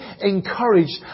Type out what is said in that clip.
encouraged